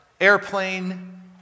airplane